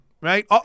right